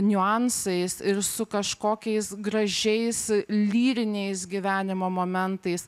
niuansais ir su kažkokiais gražiais lyriniais gyvenimo momentais